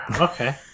Okay